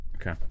Okay